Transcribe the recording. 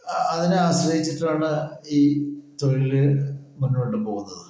അതിനെ ആശ്രയിച്ചിട്ടാണ് ഈ തൊഴില് മുന്നോട്ട് പോകുന്നത്